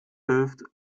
hilft